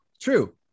True